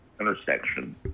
intersection